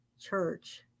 church